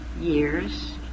years